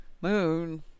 Moon